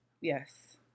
Yes